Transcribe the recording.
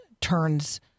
turns